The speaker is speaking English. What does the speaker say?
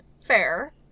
fair